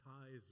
ties